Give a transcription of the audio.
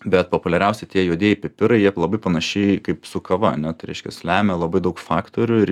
bet populiariausi tie juodieji pipirai jie labai panašiai kaip su kava ane tai reiškias lemia labai daug faktorių ir